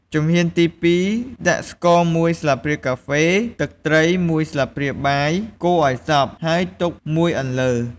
ជំហានទី២ ដាក់ស្ករមួយស្លាបព្រាកាហ្វេ ទឹកត្រីមួយស្លាបព្រាបាយ កូរឱ្យសព្វ ហើយទុកមួយអន្លើ។